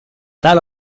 tal